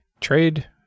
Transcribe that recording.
trade